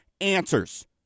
Answers